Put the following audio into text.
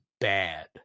bad